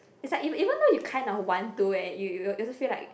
it's like ev~ even though you kind of want to and you you also feel like